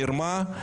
מרמה,